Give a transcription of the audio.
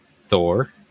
Thor